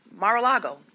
Mar-a-Lago